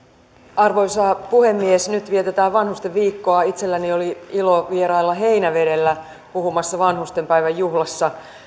arvoisa puhemies nyt vietetään vanhustenviikkoa itselläni oli ilo vierailla heinävedellä puhumassa vanhustenpäivän juhlassa